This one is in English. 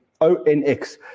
ONX